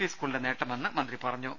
P സ്കൂളിന്റെ നേട്ടമെന്ന് മന്ത്രി പറ ഞ്ഞു